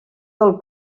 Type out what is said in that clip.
del